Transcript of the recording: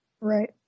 Right